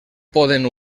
poden